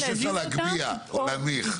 שאפשר להגביה ולהנמיך.